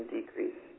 decrease